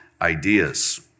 ideas